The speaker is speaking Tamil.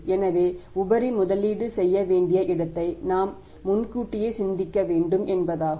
எனவே உபரி முதலீடு செய்ய வேண்டிய இடத்தை நாம் முன்கூட்டியே சிந்திக்க வேண்டும் என்பதாகும்